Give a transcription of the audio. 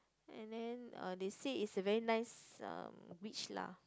and then uh they say it's a very nice um beach lah